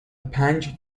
پنج